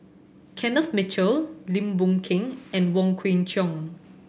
Kenneth Mitchell Lim Boon Keng and Wong Kwei Cheong